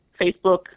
Facebook